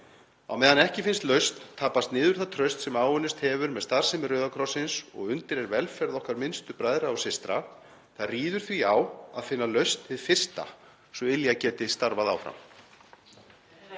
Á meðan ekki finnst lausn tapast niður það traust sem áunnist hefur með starfsemi Rauða krossins og undir er velferð okkar minnstu bræðra og systra. Það ríður því á að finna lausn hið fyrsta svo Ylja geti starfað áfram.